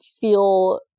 feel